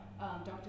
Dr